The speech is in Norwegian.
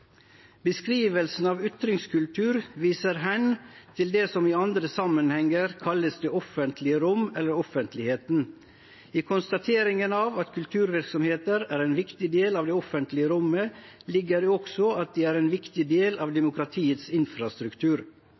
av ytringskultur viser hen til det som i andre sammenhenger kalles det offentlige rom eller offentligheten. I konstateringen av at kulturvirksomheter er en viktig del av det offentlige rommet,